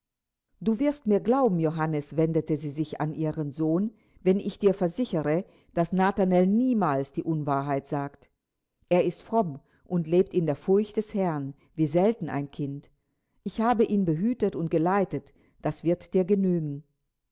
du wirst mir glauben johannes wendete sie sich an ihren sohn wenn ich dir versichere daß nathanael niemals die unwahrheit sagt er ist fromm und lebt in der furcht des herrn wie selten ein kind ich habe ihn behütet und geleitet das wird dir genügen